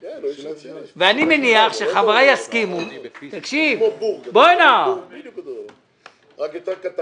אני מבקש ממך, וטוב שאת כאן,